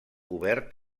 obert